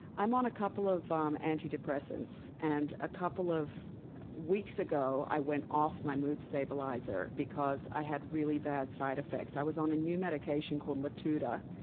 i'm on a couple of um antidepressants. and a couple of weeks ago i went off my mood stabilizer because i had really bad side effects. i was on a new medication called latuda,